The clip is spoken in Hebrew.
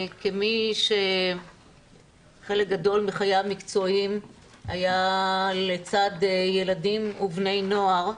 כמי שחלק גדול מחייו המקצועיים היה לצד ילדים ובני נוער,